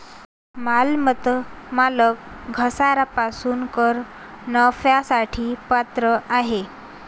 मालमत्ता मालक घसारा पासून कर नफ्यासाठी पात्र आहे